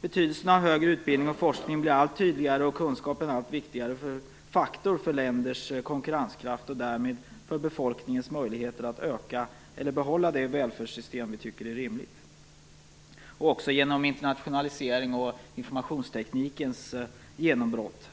Betydelsen av högre utbildning och forskning blir allt tydligare och kunskap en allt viktigare faktor för länders konkurrenskraft och därmed för befolkningens möjligheter att öka eller behålla det välfärdssystem vi tycker är rimligt. Även genom internationaliseringen och informationsteknikens genombrott